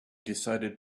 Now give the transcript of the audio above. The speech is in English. decided